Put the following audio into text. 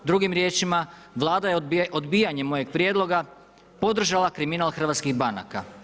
Drugim riječima, Vlada je odbijanjem mojega prijedloga podržala kriminal hrvatskih banaka.